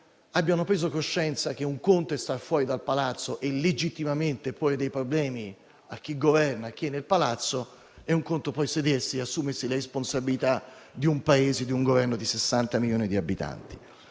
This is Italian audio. abbiano preso coscienza che un conto è star fuori dal palazzo e legittimamente porre dei problemi a chi governa e a chi è nel palazzo, e un conto è poi sedersi e assumersi la responsabilità del governo di un Paese di 60 milioni di abitanti.